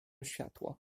światło